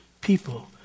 people